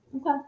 Okay